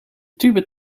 tube